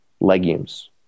legumes